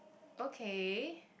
okay